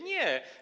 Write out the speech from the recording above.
Nie.